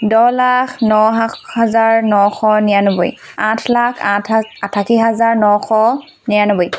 দহ লাখ ন হা হাজাৰ নশ নিৰান্নব্বৈ আঠ লাখ আঠাশী হাজাৰ নশ নিৰান্নব্বৈ